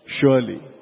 Surely